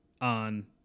on